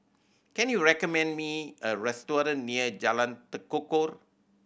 can you recommend me a restaurant near Jalan Tekukor